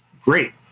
great